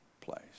place